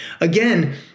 Again